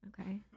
Okay